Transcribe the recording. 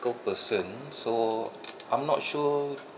person so I'm not sure